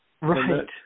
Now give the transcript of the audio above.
Right